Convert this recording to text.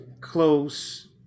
close